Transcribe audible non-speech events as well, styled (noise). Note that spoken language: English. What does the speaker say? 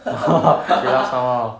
(laughs) laugh somemore